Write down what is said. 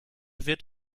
wird